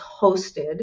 hosted